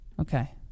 Okay